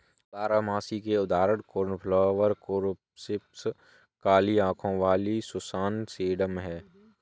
बारहमासी के उदाहरण कोर्नफ्लॉवर, कोरॉप्सिस, काली आंखों वाली सुसान, सेडम हैं